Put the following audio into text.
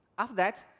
after that,